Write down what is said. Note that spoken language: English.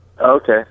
Okay